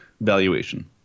valuation